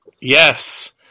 Yes